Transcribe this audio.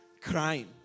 crying